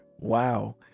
Wow